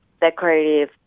decorative